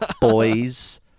boys